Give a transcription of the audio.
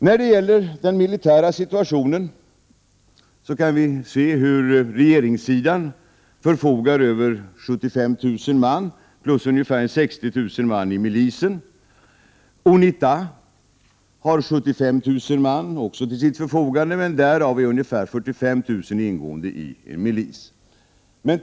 När det gäller den militära situationen kan vi se hur regeringssidan förfogar över 75 000 man plus ungefär 60 000 man i milisen. Unita har också 75 000 man till sitt förfogande. Därav ingår dock ungefär 45 000 man i milisen.